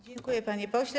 Dziękuję, panie pośle.